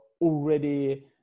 already